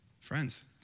Friends